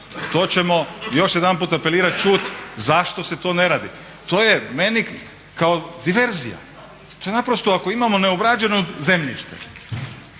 to ćemo još jedanput apelirati, čuti, zašto se to ne radi, to je meni kao diverzija. To je naprosto ako imamo neobrađeno zemljište